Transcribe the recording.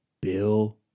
Bill